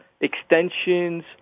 extensions